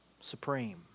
supreme